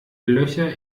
löcher